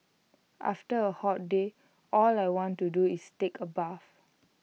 after A hot day all I want to do is take A bath